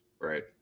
Right